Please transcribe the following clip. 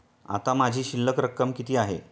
आता माझी शिल्लक रक्कम किती आहे?